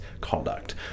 conduct